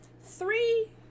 Three